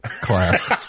class